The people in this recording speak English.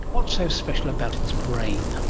what's so special about its brain?